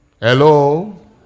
Hello